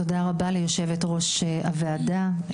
תודה רבה ליושבת-ראש הוועדה.